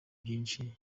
byinshi